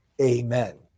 Amen